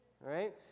right